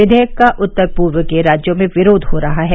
विधेयक का उत्तर पूर्व के राज्यों में विरोध हो रहा है